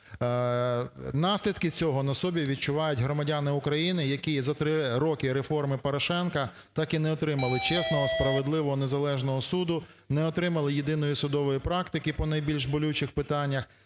Наслідки цього на собі відчувають громадяни України, які за 3 роки реформи Порошенка так і не отримали чесного, справедливого, незалежного суду, не отримали єдиної судової практики по найбільш болючих питаннях,